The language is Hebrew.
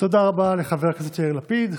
תודה רבה לחבר הכנסת יאיר לפיד.